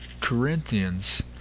Corinthians